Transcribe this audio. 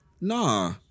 nah